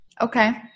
Okay